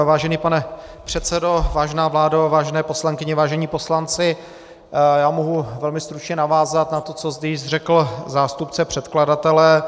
Vážený pane předsedo, vážná vládo, vážené poslankyně, vážení poslanci, mohu velmi stručně navázat na to, co zde již řekl zástupce předkladatele.